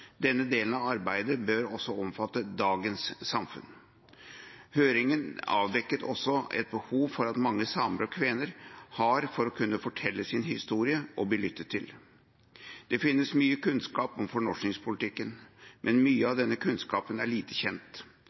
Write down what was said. Denne delen av arbeidet bør også omfatte dagens samfunn. Høringen avdekket også et behov som mange samer og kvener har for å kunne fortelle sin historie og bli lyttet til. Det finnes mye kunnskap om fornorskingspolitikken, men mye av denne kunnskapen er lite kjent.